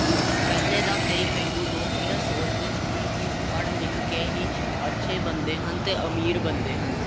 ਕਿਉਂ ਪਹਿਲੇ ਤਾਂ ਕਈ ਪੇਂਡੂ ਲੋਕ ਇਹ ਸੋਚਦੇ ਸੀ ਕਿ ਪੜ੍ਹ ਲਿਖ ਕੇ ਹੀ ਅੱਛੇ ਬਣਦੇ ਹਨ ਅਤੇ ਅਮੀਰ ਬਣਦੇ ਹਨ